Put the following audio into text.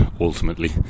ultimately